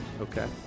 Okay